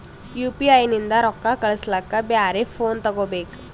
UPI ನಿಂದ ರೊಕ್ಕ ಕಳಸ್ಲಕ ಬ್ಯಾರೆ ಫೋನ ತೋಗೊಬೇಕ?